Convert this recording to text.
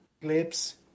clips